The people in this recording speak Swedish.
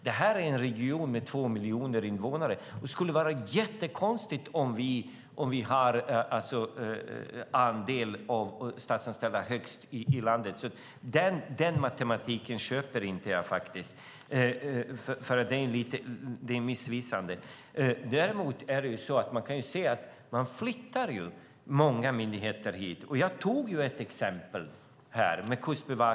Det här är en region med två miljoner invånare. Det skulle vara jättekonstigt om vi hade högst andel statsanställda i landet. Den matematiken köper inte jag faktiskt. Det är missvisande. Däremot kan vi se att man flyttar många myndigheter hit. Jag tog Kustbevakningen som ett exempel.